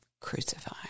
crucify